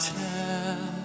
tell